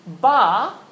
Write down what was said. Bar